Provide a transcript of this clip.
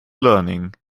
learning